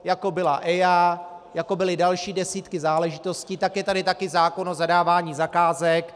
Jako byla EIA, jako byly další desítky záležitostí, tak je tady také zákon o zadávání zakázek.